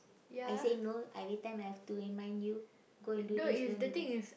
I say no everytime I have to remind you go and do this go and do that